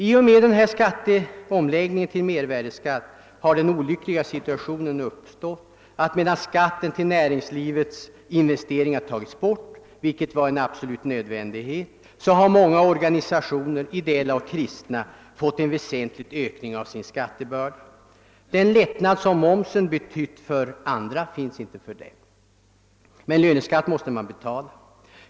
I och med omläggningen till mervärdeskatt har den olyckliga situationen uppstått att medan skatten på näringslivets investeringar tagits bort — vilket var en nödvändighet — har många ideella och kristna organisationer fått en väsentlig ökning av sin skattebörda. Den lättnad som momsen betytt för andra finns inte för dem, men löneskatt måste de betala.